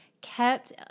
kept